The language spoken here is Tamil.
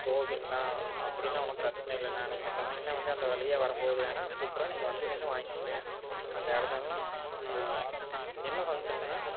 போவீங்களா அப்படின்னா ஒன்றும் பிரச்சனை இல்லைண்ணா நீங்கள் சொன்னீங்கனா வந்து அந்த வழியாக வரும்போது வேணுனா கூப்புடுறேன் நீங்கள் வந்து நின்று வாங்கிக்கங்க அந்த இடத்துலலா என்ன பங்க்ஷனுங்கண்ணா